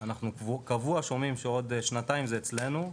אנחנו קבוע שומעים שעוד שנתיים זה אצלנו,